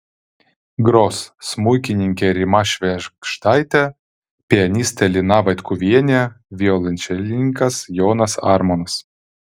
gros smuikininkė rima švėgždaitė pianistė lina vaitkuvienė violončelininkas jonas armonas